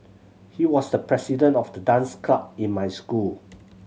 he was the president of the dance club in my school